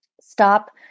stop